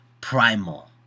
primal